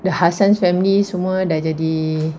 the hassan's families semua dah jadi